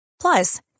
Plus